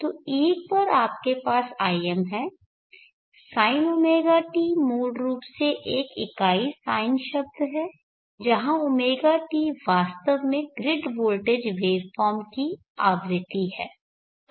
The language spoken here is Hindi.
तो एक बार आपके पास im हैsinɷt मूल रूप से एक इकाई साइन शब्द है जहां ɷt वास्तव में ग्रिड वोल्टेज वेवफॉर्म की आवृत्ति है